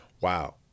Wow